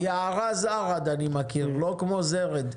את יערה זרד אני מכיר, לא כמו זרד.